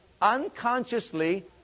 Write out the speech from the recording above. unconsciously